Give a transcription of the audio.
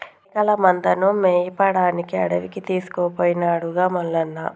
మేకల మందను మేపడానికి అడవికి తీసుకుపోయిండుగా మల్లన్న